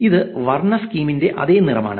ഇത് വർണ്ണ സ്കീമിന്റെ അതേ നിറം ആണ്